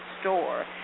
store